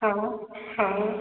हा हा